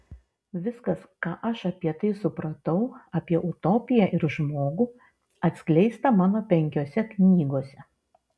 viskas ką aš apie tai supratau apie utopiją ir žmogų atskleista mano penkiose knygose